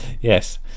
yes